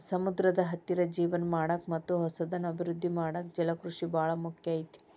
ಸಮುದ್ರದ ಹತ್ತಿರ ಜೇವನ ಮಾಡಾಕ ಮತ್ತ್ ಹೊಸದನ್ನ ಅಭಿವೃದ್ದಿ ಮಾಡಾಕ ಜಲಕೃಷಿ ಬಾಳ ಮುಖ್ಯ ಐತಿ